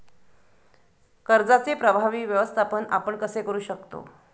कर्जाचे प्रभावी व्यवस्थापन आपण कसे करु शकतो?